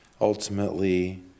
ultimately